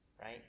Right